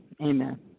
Amen